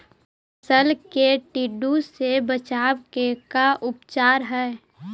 फ़सल के टिड्डा से बचाव के का उपचार है?